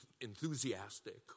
enthusiastic